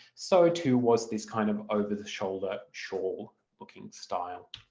so too was this kind of over the shoulder shoulder shawl-looking style.